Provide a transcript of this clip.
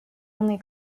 only